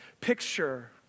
picture